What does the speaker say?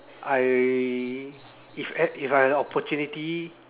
I if I if had if I had the opportunity